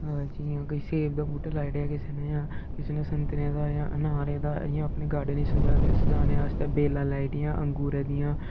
जियां कि सेब दा बूह्टा लाई ओड़ेआ किसे न जां किसे ने संतरे जां अनारे दा इ'यां अपने गार्डन गी संजा सजाने आस्तै वेलां लाई ओड़ेआ अंगूरें दियां